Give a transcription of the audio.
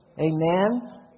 amen